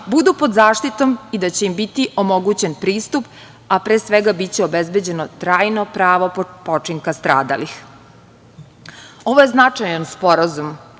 budu pod zaštitom i da će im biti omogućen pristup, a pre svega biće obezbeđeno trajno pravo počinka stradalih. Ovo je značajan sporazum,